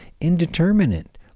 indeterminate